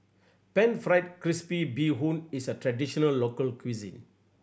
Pan Fried Crispy Bee Hoon is a traditional local cuisine